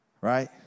Right